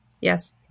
Yes